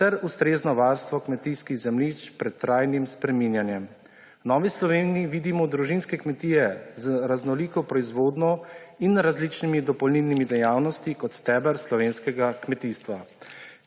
ter ustrezno varstvo kmetijskih zemljišč pred trajnim spreminjanjem. V Novi Sloveniji vidimo družinske kmetije z raznoliko proizvodnjo in različnimi dopolnilnimi dejavnosti kot steber slovenskega kmetijstva.